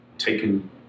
taken